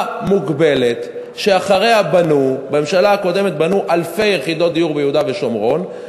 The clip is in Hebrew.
מוגבלת שאחריה בנו אלפי יחידות דיור ביהודה ושומרון,